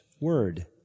Word